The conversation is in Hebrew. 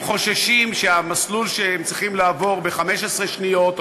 הם חוששים שהמסלול שהם צריכים לעבור ב-15 שניות,